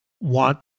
want